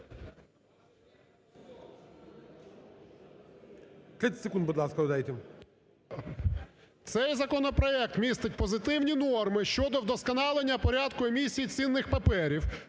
Цей законопроект містить позитивні норми щодо вдосконалення порядку емісії цінних паперів,